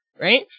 right